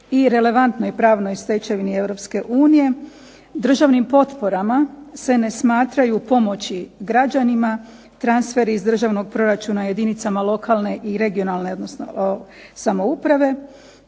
i relevantnoj pravnoj stečevini Europske unije državnim potporama se ne smatraju pomoći građanima, transfer iz državnog proračuna jedinicama lokalne i regionalne odnosno samouprave,